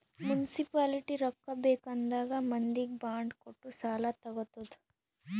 municipality ರೊಕ್ಕಾ ಬೇಕ್ ಆದಾಗ್ ಮಂದಿಗ್ ಬಾಂಡ್ ಕೊಟ್ಟು ಸಾಲಾ ತಗೊತ್ತುದ್